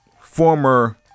former